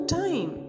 time